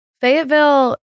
Fayetteville